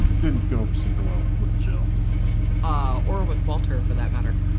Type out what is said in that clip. didn't go over super well with jill ah or with walter for that matter.